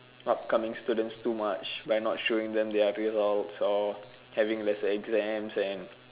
upcoming students too much by not showing them their results or having lesser exams and